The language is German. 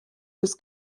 bis